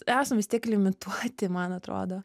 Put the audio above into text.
esam vis tiek limituoti man atrodo